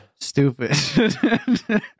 Stupid